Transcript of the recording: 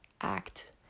act